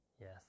Yes